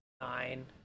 Nine